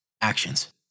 Actions